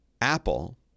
Apple